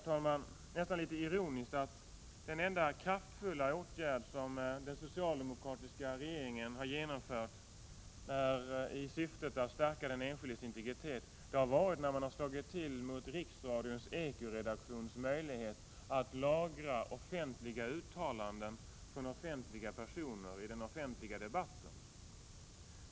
Det är nästan ironiskt att den enda kraftfulla åtgärd som den socialdemokratiska regeringen har genomfört i syfte att stärka den enskildes integritet har varit när man slagit till mot riksradions Ekoredaktions möjligheter att lagra offentliga uttalanden från offentliga personer i den offentliga debatten.